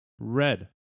Red